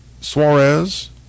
Suarez